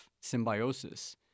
symbiosis